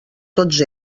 tots